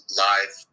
live